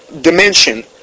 dimension